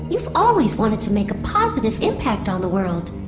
you've always wanted to make a positive impact on the world